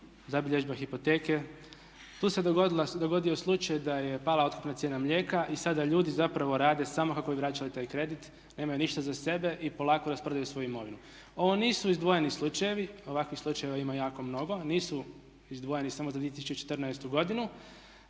zabilježba, hipoteke. Tu se dogodio slučaj da je pala otkupna cijena mlijeka i sada ljudi zapravo rade samo kako bi vraćali taj kredit, nemaju ništa za sebe i polako rasprodaju svoju imovinu. Ovo nisu izdvojeni slučajevi, ovakvih slučajeva ima jako mnogo. Nisu izdvojeni samo za 2014. godinu.